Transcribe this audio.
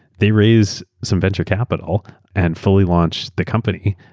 they raised some venture capital and fully launched the company.